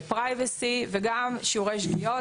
לפרטיות וגם שיעורי שגיאות.